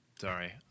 Sorry